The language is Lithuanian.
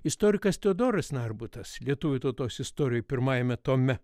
istorikas teodoras narbutas lietuvių tautos istorijoj pirmajame tome